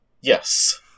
Yes